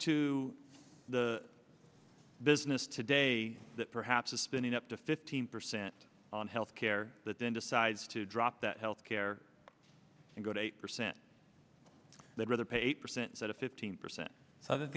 to the business today that perhaps is standing up to fifteen percent on health care that then decides to drop that health care can go to eight percent they'd rather pay eight percent said a fifteen percent so thi